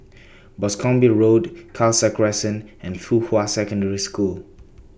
Boscombe Road Khalsa Crescent and Fuhua Secondary School